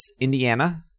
Indiana